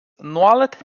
nuolat